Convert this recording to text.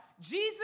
Jesus